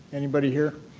anybody here?